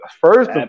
First